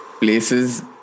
places